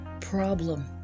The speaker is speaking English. problem